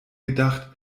gedacht